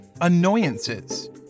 Annoyances